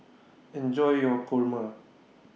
Enjoy your Kurma